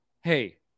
hey